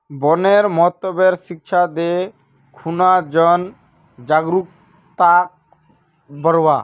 वनेर महत्वेर शिक्षा दे खूना जन जागरूकताक बढ़व्वा